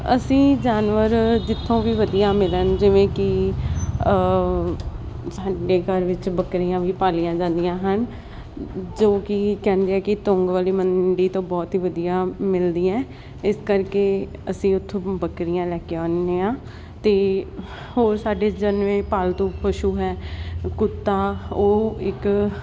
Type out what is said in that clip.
ਅਸੀਂ ਜਾਨਵਰ ਜਿੱਥੋਂ ਵੀ ਵਧੀਆ ਮਿਲਣ ਜਿਵੇਂ ਕਿ ਸਾਡੇ ਘਰ ਵਿੱਚ ਬਕਰੀਆਂ ਵੀ ਪਾਲੀਆਂ ਜਾਂਦੀਆਂ ਹਨ ਜੋ ਕਿ ਕਹਿੰਦੇ ਆ ਕਿ ਤੁੰਗ ਵਾਲੀ ਮੰਡੀ ਤੋਂ ਬਹੁਤ ਹੀ ਵਧੀਆ ਮਿਲਦੀ ਹੈ ਇਸ ਕਰਕੇ ਅਸੀਂ ਉਥੋਂ ਬੱਕਰੀਆਂ ਲੈ ਕੇ ਆਉਦੇ ਆ ਤੇ ਹੋਰ ਸਾਡੇ ਜਨਮੇ ਪਾਲਤੂ ਪਸ਼ੂ ਹੈ ਕੁੱਤਾ ਉਹ ਇੱਕ